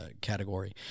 category